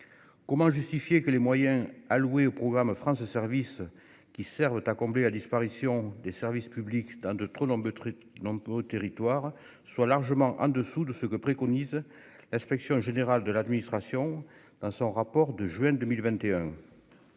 comment justifier que les moyens alloués au programme offrant ce service qui servent à combler la disparition des services publics dans de trop nombreux trucs lampes au territoire soit largement en dessous de ce que préconise l'inspection générale de l'administration, dans son rapport de juin 2021